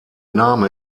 name